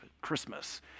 Christmas